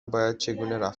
رفتار